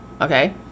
okay